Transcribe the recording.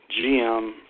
GM